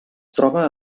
troba